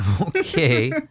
Okay